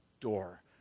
door